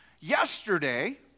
Yesterday